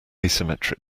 asymmetric